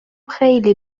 خیلی